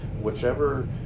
Whichever